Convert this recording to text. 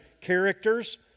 characters